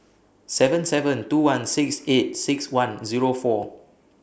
seven seven two one six eight six one Zero four